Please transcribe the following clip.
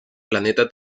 planeta